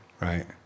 Right